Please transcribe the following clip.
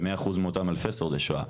כ-100% מאותם אלפי שורדי שואה,